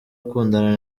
akundana